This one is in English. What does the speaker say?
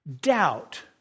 doubt